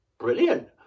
Brilliant